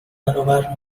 برابر